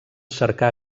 cercar